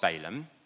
Balaam